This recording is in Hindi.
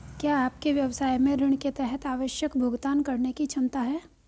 क्या आपके व्यवसाय में ऋण के तहत आवश्यक भुगतान करने की क्षमता है?